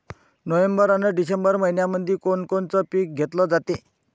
November अन December मइन्यामंधी कोण कोनचं पीक घेतलं जाते?